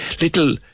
Little